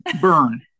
Burn